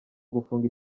gufunga